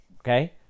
okay